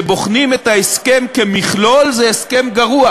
כשבוחנים את ההסכם כמכלול, זה הסכם גרוע.